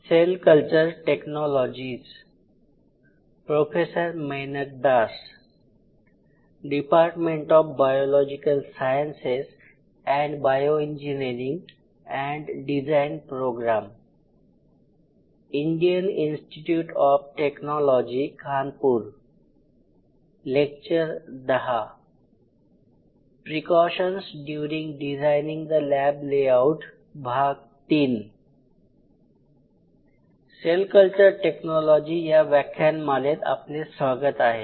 sale culture technology या व्याख्यानमालेत आपले स्वागत आहे